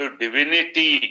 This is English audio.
divinity